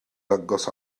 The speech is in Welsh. dangos